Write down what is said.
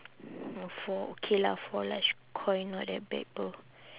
orh four okay lah four large koi not that bad [pe]